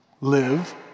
Live